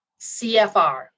CFR